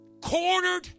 cornered